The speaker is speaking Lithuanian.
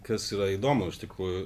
kas yra įdomu iš tikrųjų